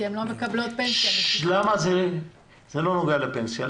כי הן לא מקבלות פנסיה --- זה לא נוגע לפנסיה.